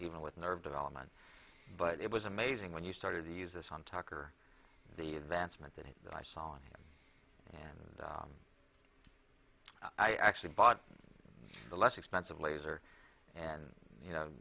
even with nerve development but it was amazing when you started to use this on tucker the advancement that he that i saw on him and i actually bought the less expensive laser and you know